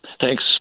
Thanks